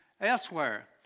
elsewhere